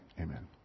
amen